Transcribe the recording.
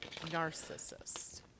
narcissist